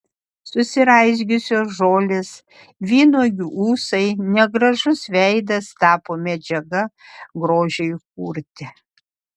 susiraizgiusios žolės vynuogių ūsai negražus veidas tapo medžiaga grožiui kurti